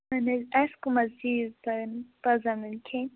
اَہَن حظ اَسہِ کٔم حظ چیٖز پَرَن پَزَن ؤنۍ کھیٚنۍ